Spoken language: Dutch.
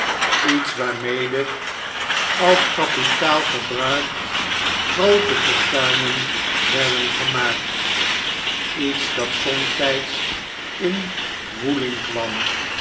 iets waarmede als kapitaal gebruikt groote fortuinen werden gemaakt iets dat somtijds in woeling kwam